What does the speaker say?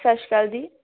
ਸਤਿ ਸ਼੍ਰੀ ਅਕਾਲ ਜੀ